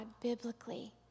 biblically